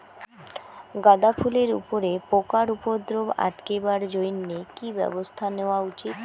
গাঁদা ফুলের উপরে পোকার উপদ্রব আটকেবার জইন্যে কি ব্যবস্থা নেওয়া উচিৎ?